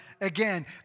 again